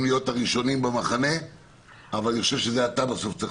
להיותך הראשונים במחנה אבל אני חושב שבסוף אתה צריך